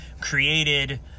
created